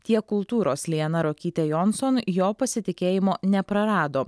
tiek kultūros liana ruokytė jonson jo pasitikėjimo neprarado